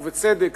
ובצדק,